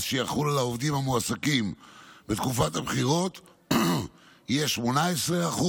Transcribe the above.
שיחול על העובדים המועסקים בתקופת הבחירות יהיה 18%,